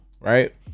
right